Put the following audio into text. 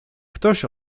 ktoś